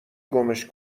گمش